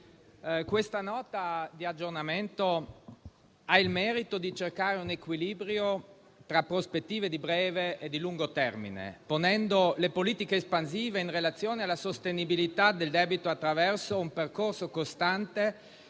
economia e finanza ha il merito di cercare un equilibrio tra prospettive di breve e di lungo termine, ponendo le politiche espansive in relazione alla sostenibilità del debito attraverso un percorso costante